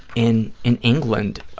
in in england,